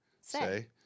say